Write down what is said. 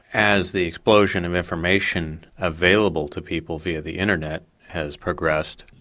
as the explosion of information available to people via the internet has progressed,